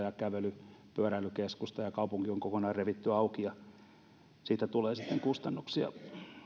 ja kävely ja pyöräilykeskustaa ja kaupunki on kokonaan revitty auki ja siitä tulee sitten kustannuksia